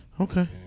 Okay